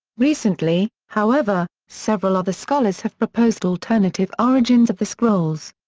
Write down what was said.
recently, however, several other scholars have proposed alternative origins of the scrolls.